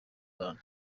itanu